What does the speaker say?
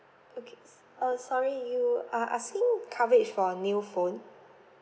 okay uh sorry you are asking coverage for a new phone